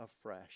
afresh